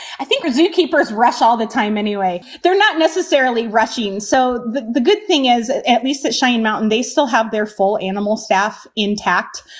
i think zookeepers rest all the time anyway. they're not necessarily rushing so the the good thing is, at least at cheyenne mountain, they still have their full animal staff intact.